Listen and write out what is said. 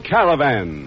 Caravan